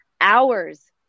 hours